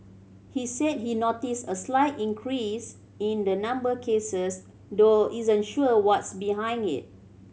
he said he noticed a slight increase in the number cases though isn't sure what's behind it